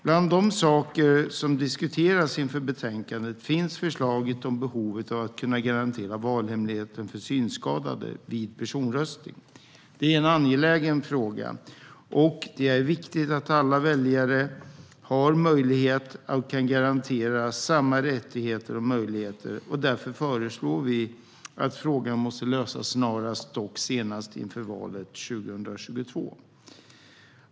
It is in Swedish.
Bland de saker som diskuterats inför betänkandet finns ett förslag angående behovet av att kunna garantera valhemligheten för synskadade vid personröstning. Det är en angelägen fråga. Det är viktigt att alla väljare kan garanteras samma rättigheter och möjligheter. Därför föreslår vi att frågan löses snarast, dock senast inför valet 2022.